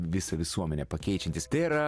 visą visuomenę pakeičiantys tai yra